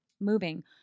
moving